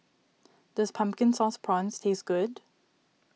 does Pumpkin Sauce Prawns taste good